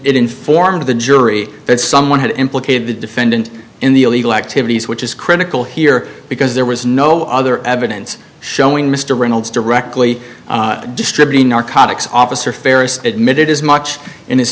informed the jury that someone had implicated the defendant in the illegal activities which is critical here because there was no other evidence showing mr reynolds directly distributing narcotics officer farris admitted as much in his